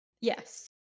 Yes